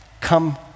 come